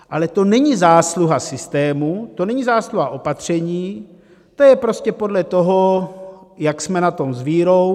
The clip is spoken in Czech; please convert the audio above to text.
Ale to není zásluha systému, to není zásluha opatření, to je prostě podle toho, jak jsme na tom s vírou.